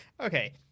Okay